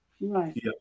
Right